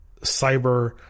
cyber